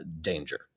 danger